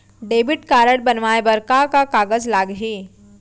Debit card बनवाये बर का का कागज लागही?